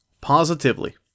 positively